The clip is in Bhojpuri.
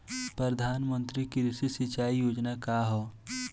प्रधानमंत्री कृषि सिंचाई योजना का ह?